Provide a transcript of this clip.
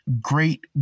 great